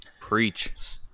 Preach